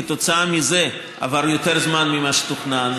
כתוצאה מזה עבר יותר זמן ממה שתוכנן,